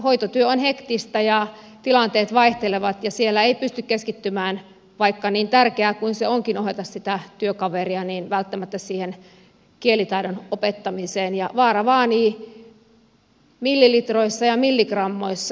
hoitotyö on hektistä tilanteet vaihtelevat ja siellä ei pysty keskittymään niin tärkeää kuin onkin ohjata sitä työkaveria välttämättä siihen kielitaidon opettamiseen ja vaara vaanii millilitroissa ja milligrammoissa